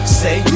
say